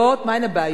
מהן הבעיות,